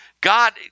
God